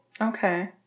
Okay